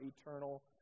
eternal